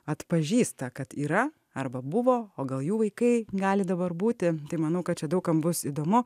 atpažįsta kad yra arba buvo o gal jų vaikai gali dabar būti tai manau kad čia daug kam bus įdomu